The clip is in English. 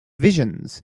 visions